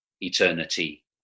eternity